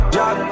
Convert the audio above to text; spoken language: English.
Drop